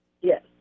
Yes